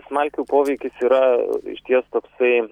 smalkių poveikis yra išties toksai